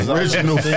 Original